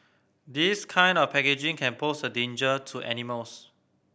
this kind of packaging can pose a danger to animals